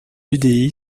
l’udi